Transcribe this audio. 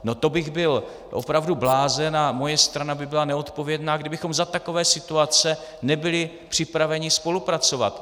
No to bych byl opravdu blázen a moje strana by byla neodpovědná, kdybychom za takové situace nebyli připraveni spolupracovat.